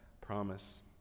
promise